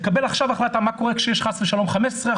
לקבל עכשיו החלטה מה קורה כשיש חס ושלום 15%,